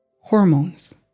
hormones